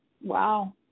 Wow